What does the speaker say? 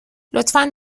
لطفا